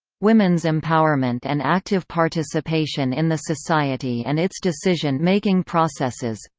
women's empowerment and active participation in the society and its decision-making processes